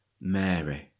Mary